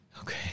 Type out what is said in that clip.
Okay